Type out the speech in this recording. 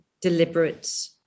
deliberate